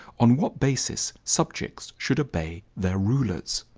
on what basis, subjects should obey their rulers?